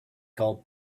call